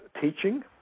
teaching